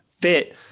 fit